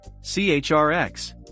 CHRX